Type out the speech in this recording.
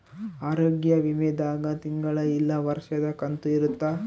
ಆರೋಗ್ಯ ವಿಮೆ ದಾಗ ತಿಂಗಳ ಇಲ್ಲ ವರ್ಷದ ಕಂತು ಇರುತ್ತ